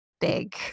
big